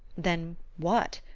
then, what?